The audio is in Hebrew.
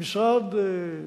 המשרד,